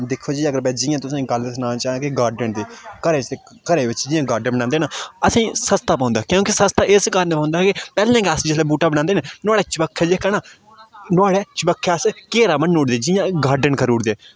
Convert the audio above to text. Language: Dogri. दिक्खो जी अगर में जियां तुसेंगी गल्ल सनां चांह्ग कि गार्डेन दी घरै च घरै बिच्च जियां गार्डेन बनांदे न असेंगी सस्ता पौंदा क्योंकि सस्ता इस कारण पौंदा कि पैह्ललें गै अस बूह्टा बनांदे न नोहाड़ै चबक्खै जेह्का न नोहाड़ै चबक्खै अस चबक्खै घेरा बन्नी उड़दे जि'यां गार्डेन करू उड़दे